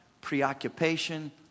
preoccupation